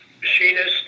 machinist